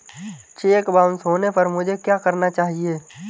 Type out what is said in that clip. Check bounce होने पर मुझे क्या करना चाहिए?